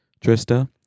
Trista